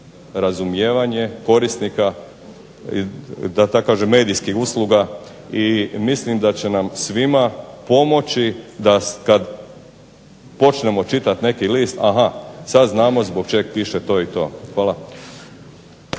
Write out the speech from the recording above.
razumijevanje korisnika da tako kažem medijskih usluga, i mislim da će nam svima pomoći da kad počnemo čitati neki list aha sad znamo zbog čeg piše to i to. Hvala.